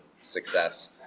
success